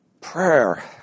prayer